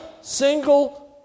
single